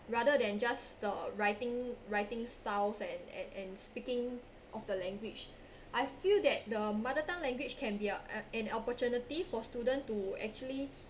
rather than just the writing writing styles and and and speaking of the language I feel that the mother tongue language can be a an opportunity for student to actually